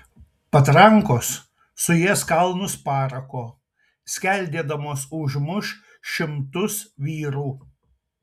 patrankos suės kalnus parako skeldėdamos užmuš šimtus vyrų